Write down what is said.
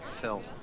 Phil